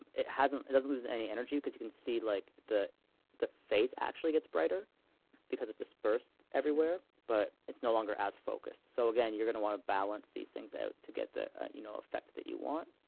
it doesn't it doesn't lose any energy because you can see like the the face actually gets brighter because it's dispersed everywhere. but it's no longer as focused. so you're going to want to balance these things out to get, the ah you know effect that you want.